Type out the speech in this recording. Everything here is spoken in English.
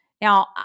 now